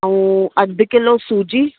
ऐं अधु किलो सूजी